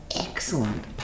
excellent